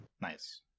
Nice